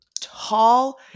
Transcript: Tall